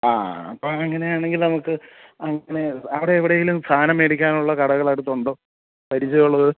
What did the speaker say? ആ അപ്പം അങ്ങനെയാണെങ്കിൽ നമുക്ക് അങ്ങനെ അവിടെയെവിടെങ്കിലും സാധനം വേടിക്കാനുള്ള കടകളെടുത്തുണ്ടോ പരിചയം ഉള്ളത്